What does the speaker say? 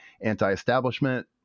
anti-establishment